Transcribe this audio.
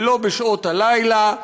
ולא בשעות הלילה,